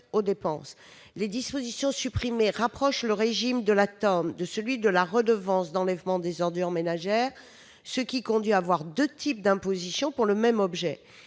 aux dépenses. Ces dispositions rapprochent le régime de la TEOM de celui de la redevance d'enlèvement des ordures ménagères, ce qui conduit à avoir deux types d'imposition pour le même objet.